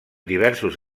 diversos